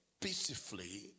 peacefully